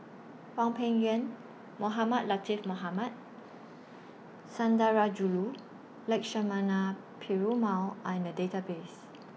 Hwang Peng Yuan Mohamed Latiff Mohamed Sundarajulu Lakshmana Perumal Are in The Database